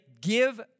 give